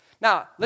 Now